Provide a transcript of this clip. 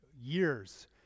years